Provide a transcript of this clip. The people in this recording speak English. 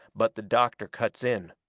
but the doctor cuts in.